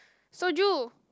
soju